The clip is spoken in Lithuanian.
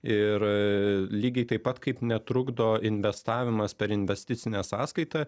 ir lygiai taip pat kaip netrukdo investavimas per investicinę sąskaitą